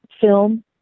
film